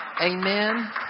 Amen